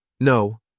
No